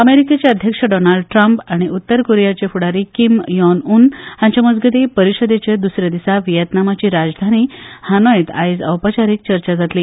अमेरिकेचे अध्यक्ष Donald Trump आनी उत्तर कोरियाचे फुडारी कीम यान उन हांचे मजगतीं परिशदेचें द्सरे दिसा व्हीएतनमाची राजधानी हानोगत आयज औपचारीक चर्चा जातली